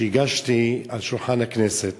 שהגשתי לשולחן הכנסת